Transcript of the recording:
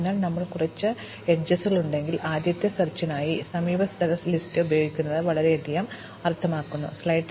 അതിനാൽ ഞങ്ങൾക്ക് കുറച്ച് അരികുകളുണ്ടെങ്കിൽ ആദ്യത്തെ തിരയലിനായി സമീപസ്ഥല ലിസ്റ്റ് ഉപയോഗിക്കുന്നത് വളരെയധികം അർത്ഥമാക്കുന്നു